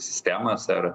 sistemas ar